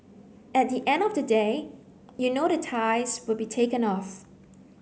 at the end of the day you know the ties will be taken off